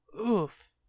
Oof